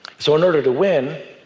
so in order to win,